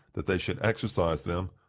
that they should exercise them,